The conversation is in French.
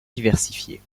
diversifiée